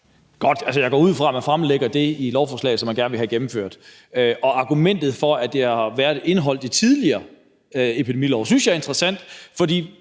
Godt, jeg går ud fra, at man fremlægger det i et lovforslag, som man gerne vil have gennemført. Argumentet for, at det har været indeholdt i tidligere epidemilove, synes jeg er interessant, fordi